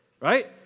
right